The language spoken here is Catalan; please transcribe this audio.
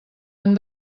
han